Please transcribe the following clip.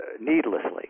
needlessly